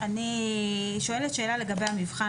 אני שואלת לגבי המבחן.